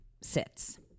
sits